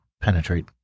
penetrate